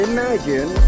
Imagine